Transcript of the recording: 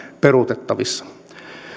peruutettavissa